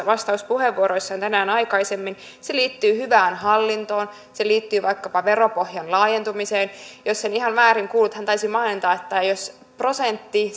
vastauspuheenvuorossaan tänään aikaisemmin se liittyy hyvään hallintoon ja se liittyy vaikkapa veropohjan laajentumiseen jos en ihan väärin kuullut hän taisi mainita että jos prosentti